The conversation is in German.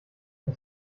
das